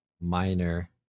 minor